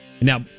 now